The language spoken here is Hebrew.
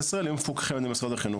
ישראל יהיו מפוקחים על ידי משרד החינוך.